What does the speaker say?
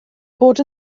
bod